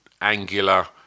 angular